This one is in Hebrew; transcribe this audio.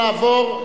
נעבור,